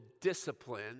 discipline